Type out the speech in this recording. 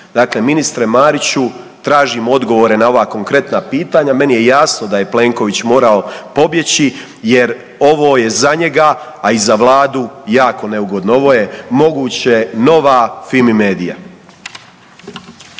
Dakle, ministre Mariću, tražim odgovore na ova konkretna pitanja. Meni je jasno da je Plenković morao pobjeći jer ovo je za njega, a i za vladu jako neugodno, ovo je moguće nova Fimi-medija.